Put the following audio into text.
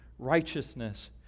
Righteousness